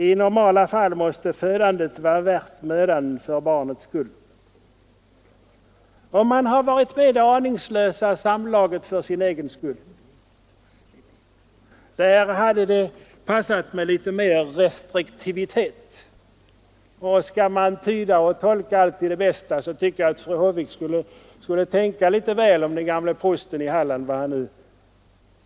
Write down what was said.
I normala fall måste födandet vara värt mödan för barnets skull, om man har varit med om det aningslösa samlaget för sin egen skull. Där hade det passat med litet mera restriktivitet och prevention. Skall vi tyda och tolka allt till det bästa, så tycker jag att fru Håvik borde tänka väl om den gamle prosten i Halland.